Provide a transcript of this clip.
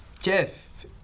Jeff